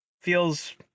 feels